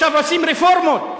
עכשיו עושים רפורמות,